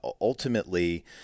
ultimately